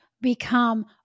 become